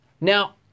Now